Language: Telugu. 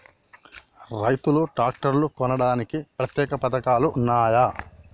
రైతులు ట్రాక్టర్లు కొనడానికి ప్రత్యేక పథకాలు ఉన్నయా?